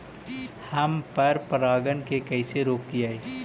हम पर परागण के कैसे रोकिअई?